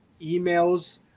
emails